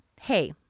Hey